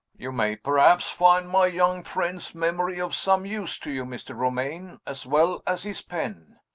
you may perhaps find my young friend's memory of some use to you, mr. romayne, as well as his pen.